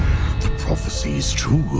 prophecy is true.